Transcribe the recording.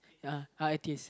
ya